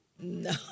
no